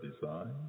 design